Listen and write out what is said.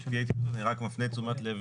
אני רק מפנה את תשומת לב